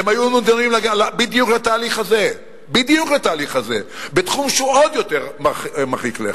הן היו נידונות בדיוק לתהליך הזה בתחום שהוא עוד יותר מרחיק לכת.